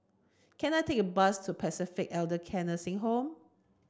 can I take a bus to Pacific Elder Care Nursing Home